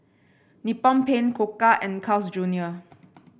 Nippon Paint Koka and Carl's Junior